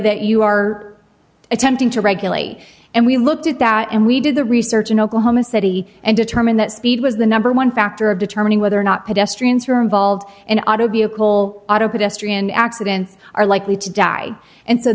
that you are attempting to regulate and we looked at that and we did the research in oklahoma city and determined that speed was the number one factor of determining whether or not pedestrians who are involved in auto vehicle auto pedestrian accidents are likely to die and so